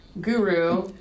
guru